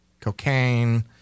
cocaine